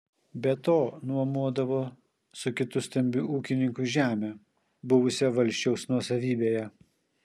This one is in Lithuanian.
be to nuomodavo su kitu stambiu ūkininku žemę buvusią valsčiaus nuosavybėje